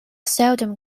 seldom